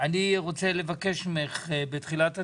אני רוצה לבקש ממך בתחילת הדיון,